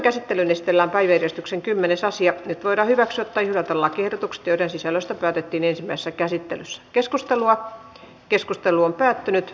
käsittelyn listalla vain eristyksen kymmmenes asia nyt voida hyväksyä tai hylätä lakiehdotukset joiden sisällöstä päätettiin ensimmäisessä käsittelyssä keskustelua pohjana on päättynyt